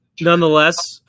nonetheless